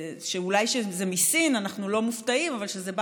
ואולי כשזה מסין אנחנו לא מופתעים אבל כשזה בא